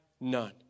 none